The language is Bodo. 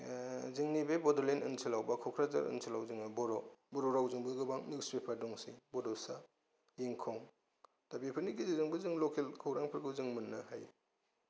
जोंनि बे बडलेण्ड ओनसोलाव बा कक्राझार ओनसोलाव जों बर' बर' रावजोंबो गोबां निउसफोर दंसै बड'सा इंखं दा बेफोरनि गेजेरजोंबो जों लकेल खौरांफोरखौ जों मोननो हायो